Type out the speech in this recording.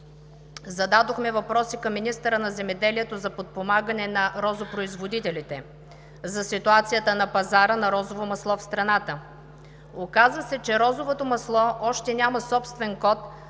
Зададохме въпроси към министъра на земеделието за подпомагане на розопроизводителите, за ситуацията на пазара на розово масло в страната. Оказа се, че розовото масло още няма собствен код